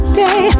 day